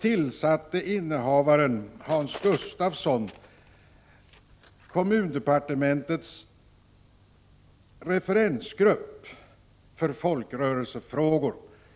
tillsatte innehavaren av chefsposten för detta departement, dvs. Hans Gustafsson, en referensgrupp — kommundepartementets referensgrupp för folkrörelsefrågor och, tror jag, för kommuner.